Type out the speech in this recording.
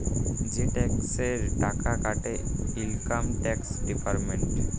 যে টেকসের টাকা কাটে ইলকাম টেকস ডিপার্টমেল্ট